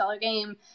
game